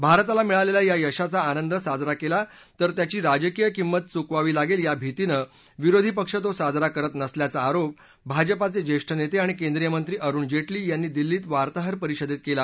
भारताला मिळालेल्या या यशाचा आनंद साजरा केला तर त्याची राजकीय किंमत चुकवावी लागेल या भितीनं विरोधी पक्ष तो साजरा करत नसल्याचा आरोप भाजपाचे ज्येष्ठ नेते आणि केंद्रीय मंत्री अरुण जेटली यांनी दिल्लीत वार्ताहर परिषदेत केला